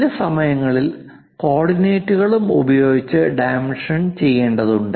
ചില സമയങ്ങളിൽ കോർഡിനേറ്റുകളും ഉപയോഗിച്ച് ഡൈമെൻഷൻ ഉപയോഗിക്കേണ്ടതുണ്ട്